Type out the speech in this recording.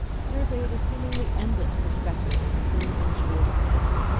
surveyed a seemingly endless perspective of plumed and jewelled heads,